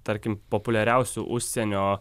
tarkim populiariausių užsienio